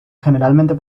generalmente